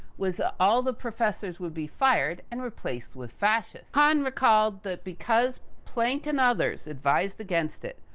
was all the professors would be fired, and replaced with fascist. hahn recalled that because planck and others, advised against it,